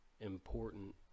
important